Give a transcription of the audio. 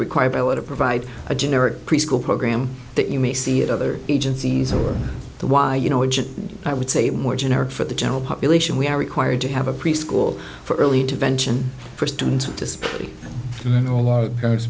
required by law to provide a generic preschool program that you may see that other agencies or the y you know what i would say a more generic for the general population we are required to have a preschool for early intervention for students to spring you know more parents